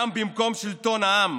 קם במקום שלטון העם